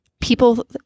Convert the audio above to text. people